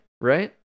right